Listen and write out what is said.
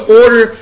order